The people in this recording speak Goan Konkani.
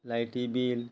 लायटी बील